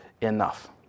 enough